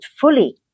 fully